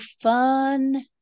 fun